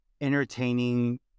entertaining